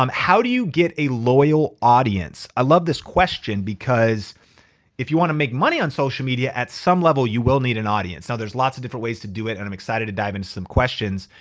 um how do you get a loyal audience? i love this question because if you wanna make money on social media, at some level, you will need an audience. now, there's lots of different ways to do it. and i'm excited to dive into some questions,